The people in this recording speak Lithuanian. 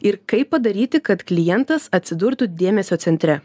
ir kaip padaryti kad klientas atsidurtų dėmesio centre